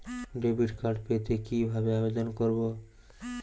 Debit card পেতে কি ভাবে আবেদন করব?